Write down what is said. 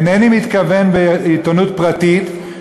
אינני מתכוון לעיתונות פרטית.